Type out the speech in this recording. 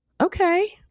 okay